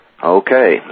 Okay